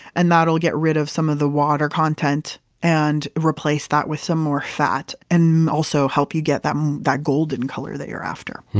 and that'll get rid of some of the water content and replace that with some more fat. and also help you get that that golden color that you're after.